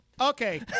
Okay